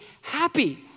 happy